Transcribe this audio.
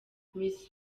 miss